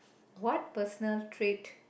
what personal trait